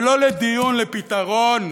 ולא לדיון, לפתרון.